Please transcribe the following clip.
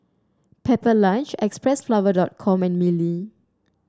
Pepper Lunch Xpressflower dot com and Mili